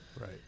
Right